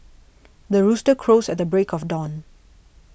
the rooster crows at the break of dawn